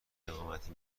اقامتی